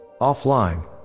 Offline